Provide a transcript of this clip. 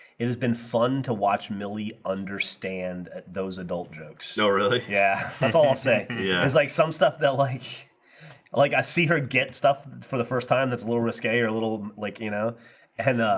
it's been fun to watch milly understand those adult jokes so really yeah, that's all i'll say yeah, there's like some stuff. they'll like like i see her get stuff for the first time that's a little risque or a little like you know and ah?